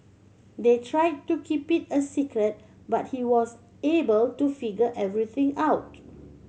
they try to keep it a secret but he was able to figure everything out